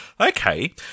Okay